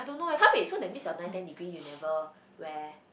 !huh! wait so that means your nine ten degree you never wear